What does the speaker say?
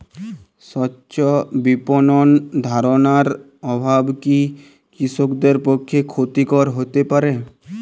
স্বচ্ছ বিপণন ধারণার অভাব কি কৃষকদের পক্ষে ক্ষতিকর হতে পারে?